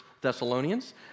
Thessalonians